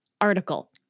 article